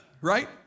Right